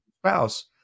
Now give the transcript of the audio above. spouse